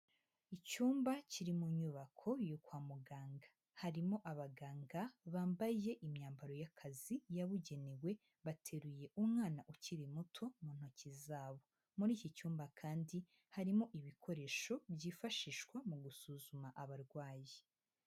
Icyumba kiri mu nyubako yo kwa muganga, harimo abaganga bambaye imyambaro y'akazi yabugenewe bateruye umwana ukiri muto mu ntoki zabo, muri iki cyumba kandi harimo ibikoresho byifashishwa mu gusuzuma abarwayi.